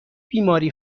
بیماری